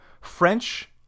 French